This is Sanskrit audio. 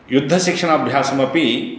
युद्धशिक्षणाभ्यासमपि